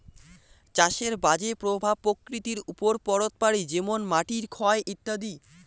চাষের বাজে প্রভাব প্রকৃতির ওপর পড়ত পারি যেমন মাটির ক্ষয় ইত্যাদি